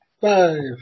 Five